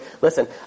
Listen